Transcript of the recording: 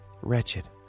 wretched